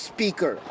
Speaker